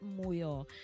Moyo